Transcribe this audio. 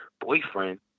boyfriend